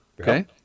Okay